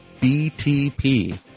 BTP